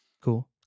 Cool